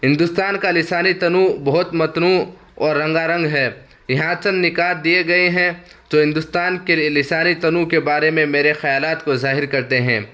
ہندوستان کا لسانی تنوع بہت متنوع اور رنگا رنگ ہے یہاں چند نکات دیئے گئے ہیں چو ہندوستان کے لسانی تنوع کے بارے میں میرے خیالات کو ظاہر کرتے ہیں